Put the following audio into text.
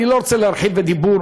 אני לא רוצה להרחיב בדיבור,